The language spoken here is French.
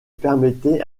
permettait